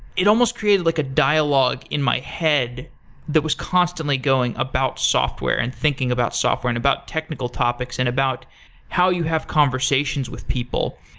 it almost created like a dialogue in my head that was constantly going about software, and thinking about software, and about technical topics, and about how you have conversations with people.